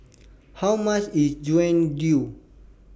How much IS Jian Dui